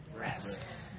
rest